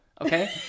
Okay